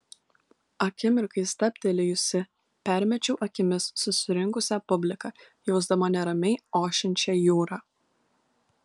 akimirkai stabtelėjusi permečiau akimis susirinkusią publiką jausdama neramiai ošiančią jūrą